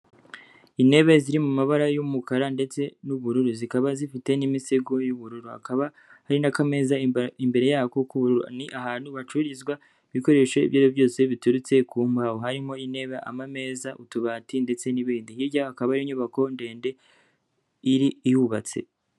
Intebe ziri mu mabara y'umukara ndetse n'ubururu, zikaba zifite n'imisego y'ubururu, hakaba hari n'akameza, imbere yako ni ahantu hacururizwa ibikoresho ibyo ari byo byose biturutse ku mbaho, harimo intebe, ameza, utubati ndetse n'ibindi, hirya hakaba hari inyubako ndende iri ihubatse.